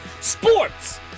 Sports